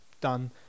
done